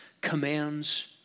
commands